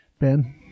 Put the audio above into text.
Ben